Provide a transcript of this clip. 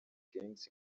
gangz